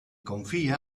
confia